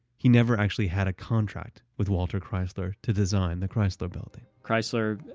he never actually had a contract with walter chrysler to design the chrysler building chrysler,